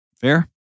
Fair